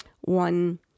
one